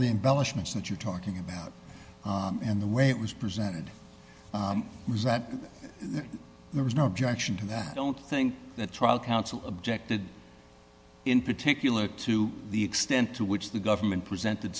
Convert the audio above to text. the embellishments that you're talking about and the way it was presented was that there was no objection to that i don't think that trial counsel objected in particular to the extent to which the government presented